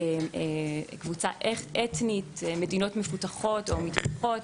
עם קבוצה אתנית, עם מדינות מפותחות או מתפתחות